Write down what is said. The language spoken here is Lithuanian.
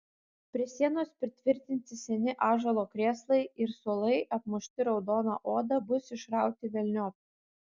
prie sienos pritvirtinti seni ąžuolo krėslai ir suolai apmušti raudona oda bus išrauti velniop